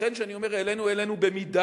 לכן כשאני אומר "העלינו" העלינו במידה,